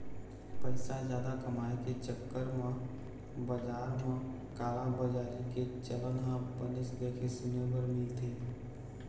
पइसा जादा कमाए के चक्कर म बजार म कालाबजारी के चलन ह बनेच देखे सुने बर मिलथे